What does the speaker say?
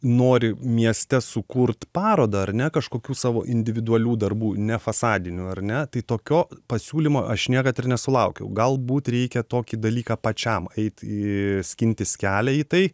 nori mieste sukurt parodą ar ne kažkokių savo individualių darbų ne fasadinių ar ne tai tokio pasiūlymo aš niekad ir nesulaukiau galbūt reikia tokį dalyką pačiam eit skintis kelią į tai